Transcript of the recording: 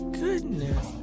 goodness